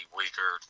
weaker